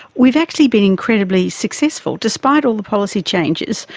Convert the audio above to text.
we've actually been incredibly successful, despite all the policy changes,